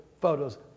photos